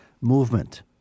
movement